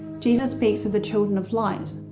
jesus speaks of the children of light.